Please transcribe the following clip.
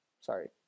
sorry